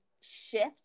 shift